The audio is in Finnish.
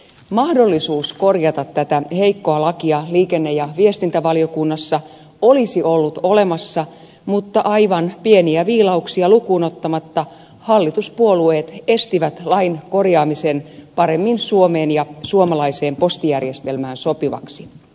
mahdollisuus korjata tätä heikkoa lakia liikenne ja viestintävaliokunnassa olisi ollut olemassa mutta aivan pieniä viilauksia lukuun ottamatta hallituspuolueet estivät lain korjaamisen paremmin suomeen ja suomalaiseen postijärjestelmään sopivaksi